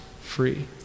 free